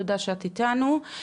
תודה שאת איתנו.